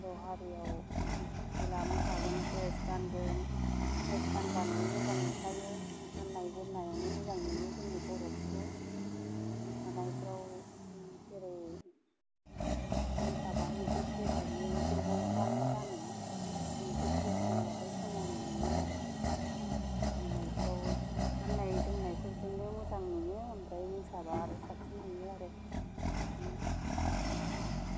बर' हारिआव जेला मोसागोन द्रेस गानगोन द्रेस गानबानो मोजां नुखायो गाननाय जोमनायावनो मोजां नुयो जोंनि बर'फोरखौ मोसानायफ्राव जेरै मोसाबा मोनसे द्रेसयैनो ग्रुबाव गानो मोनसे द्रेस गानबाथाय समायनाय नुयो आरो गाननायफ्राव गाननाय जोमनायफोरजोंनो मोजां नुयो ओमफ्राय मोसाबा आरो साबसिन मोनो आरो बिदिनो